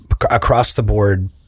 across-the-board